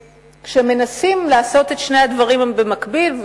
ומנסים לעשות את שני הדברים במקביל,